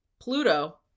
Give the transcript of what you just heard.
Pluto